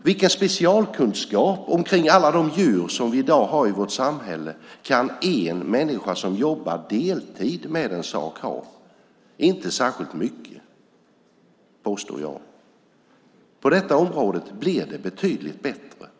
Vilken specialkunskap om alla de djur som i dag finns i vårt samhälle kan en ensam människa som jobbar deltid ha? Inte särskilt mycket, påstår jag. På detta område blir det betydligt bättre.